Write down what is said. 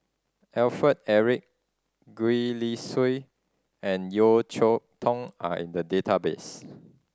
Alfred Eric Gwee Li Sui and Yeo Cheow Tong are in the database